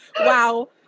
Wow